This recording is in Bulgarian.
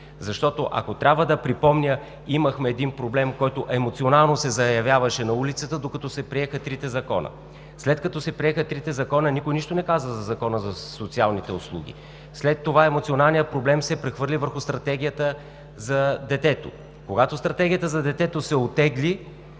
защото ако трябва да припомня, имахме един проблем, който емоционално се заявяваше на улицата, докато се приеха трите закона. След като се приеха трите закона, никой нищо не каза за Закона за социалните услуги. След това емоционалният проблем се прехвърли върху Стратегията за детето. Когато Стратегията за детето се оттегли,